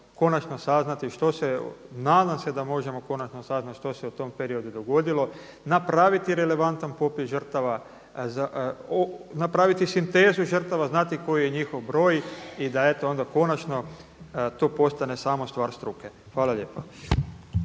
konačno saznati što se, nadam se da možemo konačno saznati što se u tom periodu dogodilo, napraviti relevantan popis žrtava, napraviti sintezu žrtava, znati koji je njihov broj i da eto onda konačno to postane samo stvar struke. Hvala lijepa.